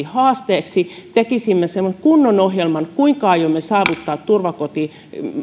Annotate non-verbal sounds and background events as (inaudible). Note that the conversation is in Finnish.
(unintelligible) haasteeksi tekisimme semmoisen kunnon ohjelman kuinka aiomme saavuttaa